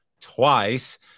twice